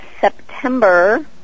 September